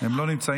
הם לא נמצאים.